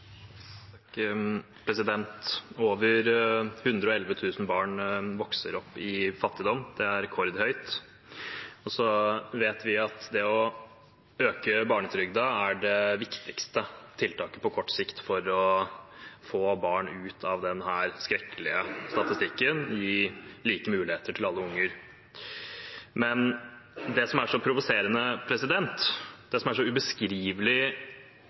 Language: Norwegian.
rekordhøyt. Og så vet vi at det å øke barnetrygden er det viktigste tiltaket på kort sikt for å få barn ut av denne skrekkelige statistikken og gi like muligheter til alle unger. Men det som er så provoserende, det som er så ubeskrivelig